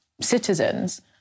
citizens